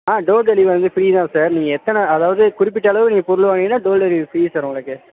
ஆ door delivery வந்து free தான் sir நீங்கள் எத்தனை அதாவது குறிப்பிட்ட அளவு பொருள் வாங்குனிங்கன்னா டோர் டெலிவரி ஃப்ரீ சார் உங்களுக்கு